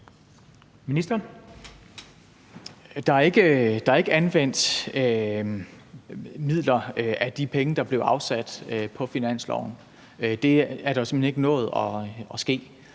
Der er ikke anvendt midler af de penge, der blev afsat på finansloven. Det er simpelt hen ikke nået at ske,